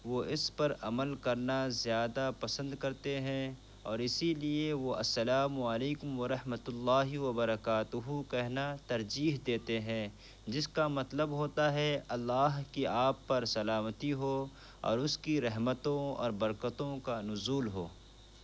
وہ اس پر عمل کرنا زیادہ پسند کرتے ہیں اور اسی لیے وہ السلام علیکم ورحمۃ اللہ وبرکاتہ کہنا ترجیح دیتے ہیں جس کا مطلب ہوتا ہے اللہ کی آپ پر سلامتی ہو اور اس کی رحمتوں اور برکتوں کا نزول ہو